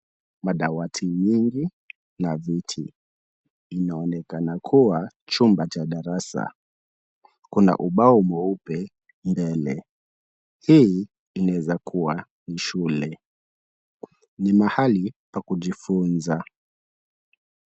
Madawati nyingi na viti. Inaonekana kuwa chumba cha darasa. Kuna ubao mweupe mbele. Hii inaweza kuwa ni shule. Ni mahali pa kujifunza.